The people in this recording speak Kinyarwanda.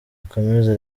ikomeze